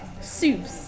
soups